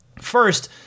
First